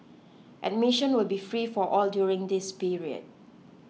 admission will be free for all during this period